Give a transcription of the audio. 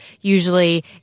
usually